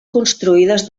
construïdes